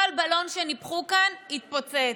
כל בלון שניפחו כאן התפוצץ,